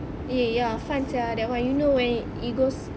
eh ya fun sia that [one] you know when it goes